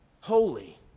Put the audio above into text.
holy